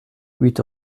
huit